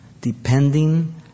depending